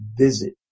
visit